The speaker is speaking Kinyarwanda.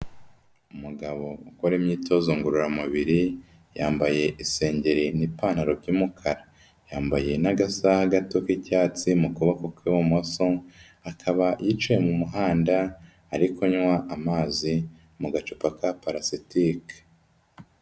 Umugabo ukora imyitozo ngororamubiri, yambaye isengeri n'ipantaro by'umukara, yambaye n'agasaha gato k'icyatsi mu kaboko kw'ibumoso, akaba yicaye mu muhanda ari kunywa amazi mu gacupa ka palasitike.